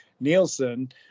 Nielsen